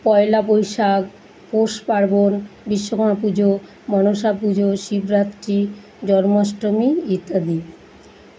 পয়লা বৈশাখ পৌষ পার্বন বিশ্বকর্মা পুজো মনসা পুজো শিবরাত্রি জন্মাষ্টমী ইত্যাদি